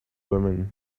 women